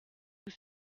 nous